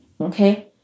Okay